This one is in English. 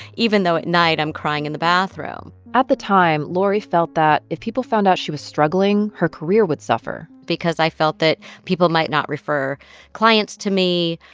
even though at night i'm crying in the bathroom at the time, lori felt that if people found out she was struggling, her career would suffer because i felt that people might not refer clients to me,